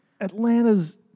Atlanta's